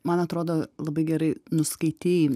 man atrodo labai gerai nuskaitei